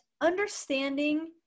understanding